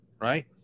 Right